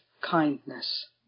kindness